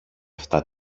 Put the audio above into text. αυτά